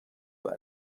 برا